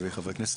חברי כנסת,